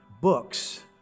books